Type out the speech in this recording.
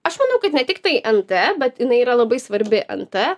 aš manau kad ne tiktai nt bet jinai yra labai svarbi nt